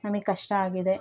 ನಮಗ್ ಕಷ್ಟ ಆಗಿದೆ